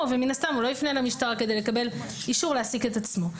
ומן הסתם הוא לא יפנה אל המשטרה כדי לקבל אישור להעסיק את עצמו.